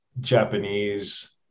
Japanese